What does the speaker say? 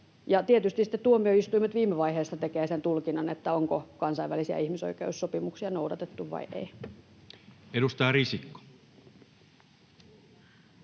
sitten tuomioistuimet viime vaiheessa tekevät tulkinnan, onko kansainvälisiä ihmisoikeussopimuksia noudatettu vai ei. Edustaja Risikko.